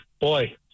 boy